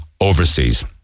overseas